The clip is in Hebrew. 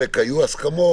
בחלק היו הסכמות.